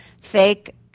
fake